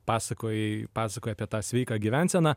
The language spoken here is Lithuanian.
pasakojai pasakojai apie tą sveiką gyvenseną